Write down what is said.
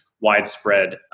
widespread